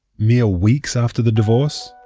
mere weeks after the divorce,